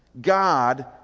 God